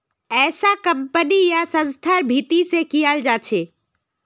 ऐसा कम्पनी या संस्थार भीती से कियाल जा छे